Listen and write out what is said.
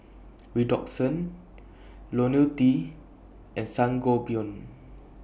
Redoxon Ionil T and Sangobion